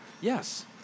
Yes